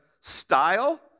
style